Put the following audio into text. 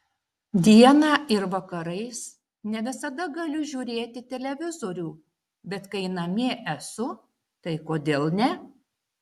dieną ir vakarais ne visada galiu žiūrėti televizorių bet kai namie esu tai kodėl ne